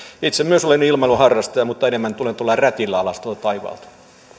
itse myös olen ilmailuharrastaja mutta enemmän tulen rätillä alas tuolta taivaalta